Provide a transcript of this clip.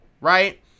Right